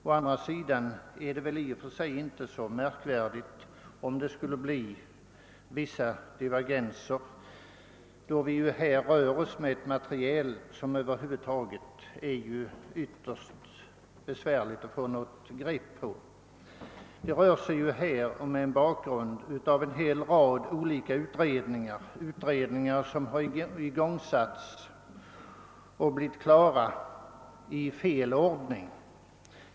Å andra sidan är det i och för sig inte märkligt om det skulle bli vissa divergenser, då vi här rör oss med ett material som över hu vud taget är ytterst besvärligt att få något grepp om. Det gäller en hel rad olika utred ningar, vilka igångsatts och blivit fär diga men i fel ordning.